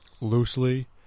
loosely